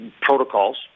protocols